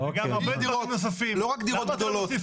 לא רק דירות גדולות.